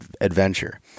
adventure